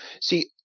See